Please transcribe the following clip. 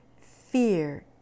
fear